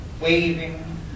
waving